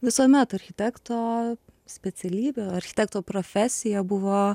visuomet architekto specialybė architekto profesija buvo